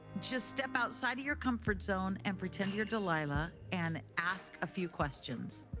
just step outside of your comfort zone and pretend you're delilah and ask a few questions.